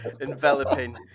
enveloping